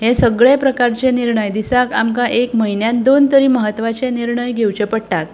हें सगळें प्रकारचे निर्णय दिसाक आमकां एक म्हयन्याक दोन तरी महत्वाचे निर्णय घेवचे पडटात